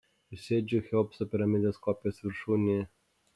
ir sėdžiu cheopso piramidės kopijos viršūnėje